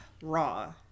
raw